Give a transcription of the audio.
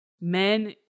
men